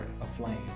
aflame